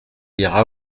ira